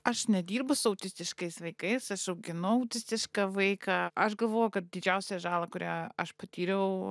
aš nedirbu su autistiškais vaikais aš auginu autistišką vaiką aš galvoju kad didžiausią žalą kurią aš patyriau